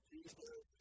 Jesus